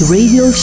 Radio